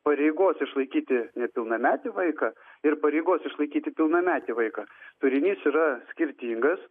pareigos išlaikyti nepilnametį vaiką ir pareigos išlaikyti pilnametį vaiką turinys yra skirtingas